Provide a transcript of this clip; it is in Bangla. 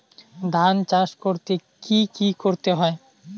ধান চাষ করতে কি কি করতে হয়?